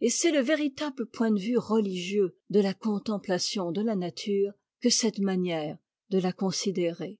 et c'est le véritable point de vue religieux de la contemplation de la nature que cette manière de la considérer